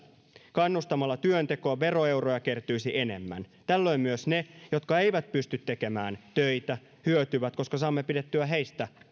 kannustamalla työntekoon veroeuroja kertyisi enemmän tällöin myös ne jotka eivät pysty tekemään töitä hyötyvät koska saamme pidettyä heistä